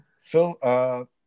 Phil